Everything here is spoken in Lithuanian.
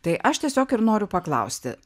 tai aš tiesiog ir noriu paklausti